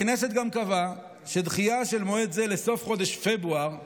הכנסת גם קבעה שדחייה של מועד זה לסוף חודש פברואר